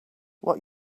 what